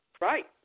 Right